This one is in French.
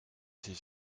ses